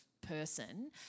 person